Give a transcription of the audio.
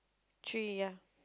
three ya